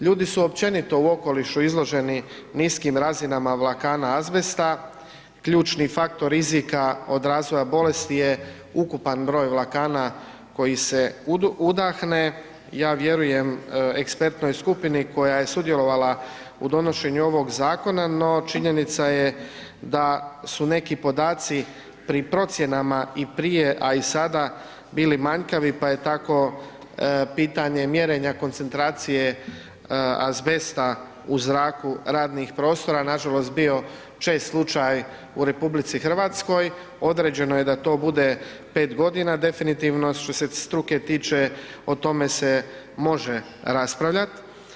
Ljudi su općenito u okolišu izloženi niskim razinama vlakana azbesta, ključni faktor rizika od razvoja bolesti je ukupan broj vlakana koji se udahne, ja vjerujem ekspertnoj skupni koja je sudjelovala u donošenju ovog zakona, no činjenica je da su neki podaci pri procjenama i prije, a i sada bili manjkavi, pa je tako pitanje mjerenja koncentracije azbesta u zraku radnih prostora nažalost bio čest slučaj u RH, određeno je da to bude 5.g. definitivno što se struke tiče o tome se može raspravljat.